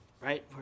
Right